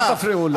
אל תפריעו לו.